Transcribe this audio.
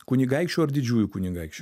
kunigaikščių ar didžiųjų kunigaikščių